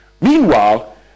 Meanwhile